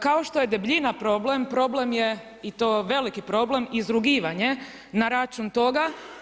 Kao što je debljina problem, problem je i to veliki problem izrugivanje na račun toga.